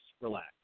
relax